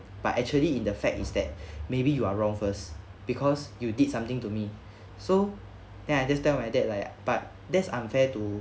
but actually in the fact is that maybe you are wrong first because you did something to me so then I just tell my dad like but that's unfair to